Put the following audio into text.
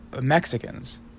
mexicans